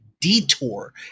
detour